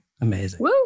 amazing